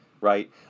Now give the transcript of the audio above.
right